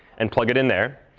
and plug it in there.